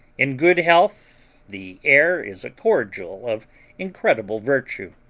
in good health, the air is a cordial of incredible virtue.